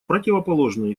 противоположный